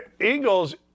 Eagles